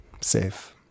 safe